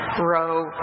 row